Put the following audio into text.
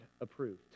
approved